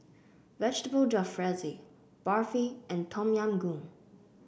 Vegetable Jalfrezi Barfi and Tom Yam Goong